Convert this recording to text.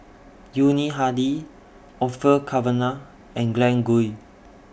Yuni Hadi Orfeur Cavenagh and Glen Goei